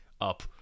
up